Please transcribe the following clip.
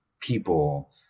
people